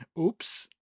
Oops